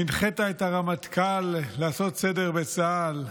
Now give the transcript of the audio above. הנחית את הרמטכ"ל לעשות סדר בצה"ל,